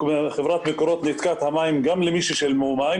חברת מקורות ניתקה את המים גם למי ששילמו מים,